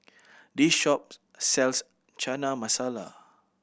this shop sells Chana Masala